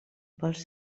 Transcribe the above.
vols